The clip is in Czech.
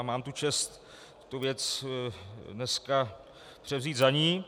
Mám tu čest tu věc dneska převzít za ni.